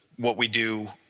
what we do,